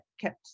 kept